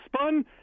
spun